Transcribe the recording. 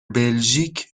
بلژیک